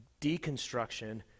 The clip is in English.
deconstruction